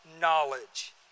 knowledge